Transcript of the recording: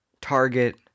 Target